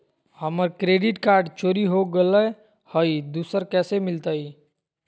हमर credit card चोरी हो गेलय हई, दुसर कैसे मिलतई?